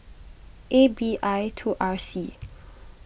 A B I two R C